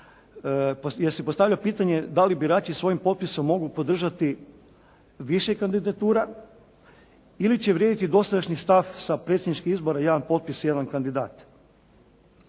jer se postavlja pitanje da li birači svojim potpisom mogu podržati više kandidatura ili će vrijediti dosadašnji stav sa predsjedničkih izbora jedan potpis, jedan kandidat.